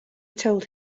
told